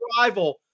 rival